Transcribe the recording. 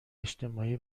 اجتماعی